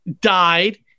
died